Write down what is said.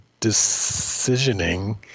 decisioning